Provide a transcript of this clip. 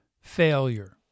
failure